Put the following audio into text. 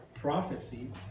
Prophecy